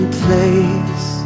place